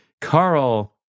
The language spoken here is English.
Carl